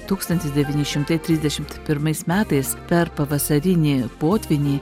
tūkstantis devyni šimtai trisdešimt pirmais metais per pavasarinį potvynį